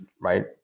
right